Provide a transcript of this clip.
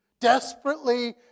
desperately